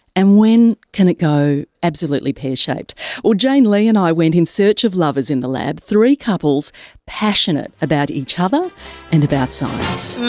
and when can it go absolutely pear-shaped? jane lee and i went in search of lovers in the lab, three couples passionate about each other and about science.